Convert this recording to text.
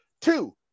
Two